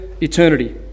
eternity